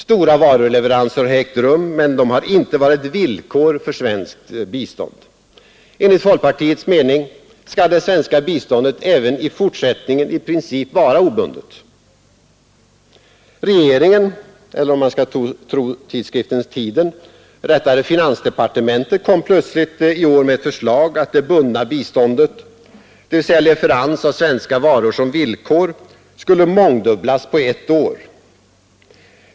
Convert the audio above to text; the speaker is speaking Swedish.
Stora varuleveranser har ägt rum, men de har inte varit villkor för svenskt bistånd. Enligt folkpartiets mening skall det svenska biståndet även i fortsättningen i princip vara obundet. Regeringen — eller, om man skall tro tidskriften Tiden, rättare finansdepartementet — kom plötsligt i år med ett förslag att det bundna biståndet, dvs. med leverans av svenska varor som villkor, skulle mångdubblas på ett år.